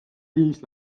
viis